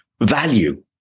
value